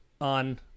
on